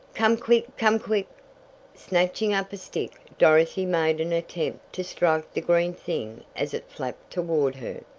come quick! come quick snatching up a stick, dorothy made an attempt to strike the green thing as it flapped toward her.